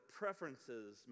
preferences